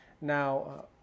Now